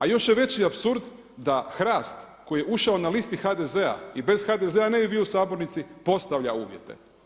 A još je veći apsurd da HRAST koji je ušao na listi HDZ-a i bez HDZ-a ne bi bio u sabornici postavlja uvjete.